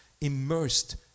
immersed